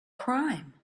crime